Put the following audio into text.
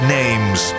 names